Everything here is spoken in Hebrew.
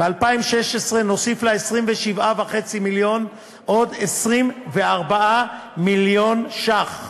ב-2016 נוסיף ל-27.5 מיליון עוד 24 מיליון ש"ח.